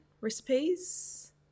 recipes